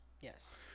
Yes